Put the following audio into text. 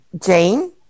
Jane